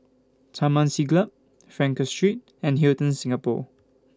Taman Siglap Frankel Street and Hilton Singapore